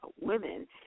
women